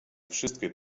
wszystkie